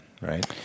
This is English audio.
right